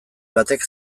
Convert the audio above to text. batek